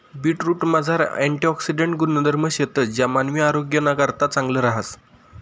बीटरूटमझार अँटिऑक्सिडेंट गुणधर्म शेतंस ज्या मानवी आरोग्यनाकरता चांगलं रहास